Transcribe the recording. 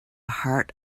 heart